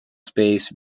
space